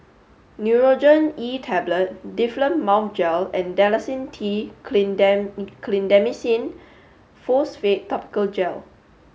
Nurogen E Tablet Difflam Mouth Gel and Dalacin T Clindamycin Phosphate Topical Gel